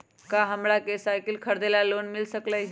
का हमरा के साईकिल खरीदे ला लोन मिल सकलई ह?